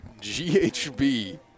GHB